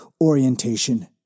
orientation